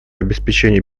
обеспечению